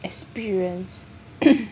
experience